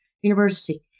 university